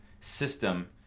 system